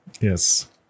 Yes